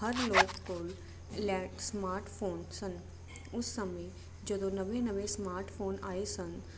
ਹਰ ਲੋਕ ਕੋਲ land smartphone ਸਨ ਉਸ ਸਮੇਂ ਜਦੋਂ ਨਵੇਂ ਨਵੇਂ ਸਮਾਰਟਫੋਨ ਆਏ ਸਨ